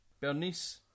Bernice